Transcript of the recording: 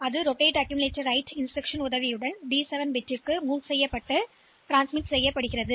எனவே அடுத்த பிட்டில் மீண்டும் டி 7 பிட் ஒன்றுக்கு அமைக்கப்படும் அது சரியாக சுழலும்